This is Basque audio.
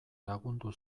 lagundu